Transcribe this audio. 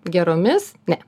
geromis ne